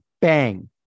bang